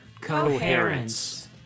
Coherence